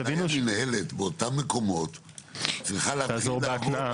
אולי המינהלת באותם מקומות --- תעזור בהתנעה.